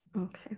okay